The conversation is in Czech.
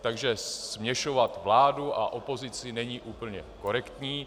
Takže směšovat vládu a opozici není úplně korektní.